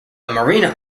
marina